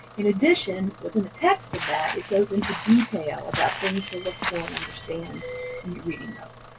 in addition, within the text of that, it goes into detail about things to look for and understand when you're reading them.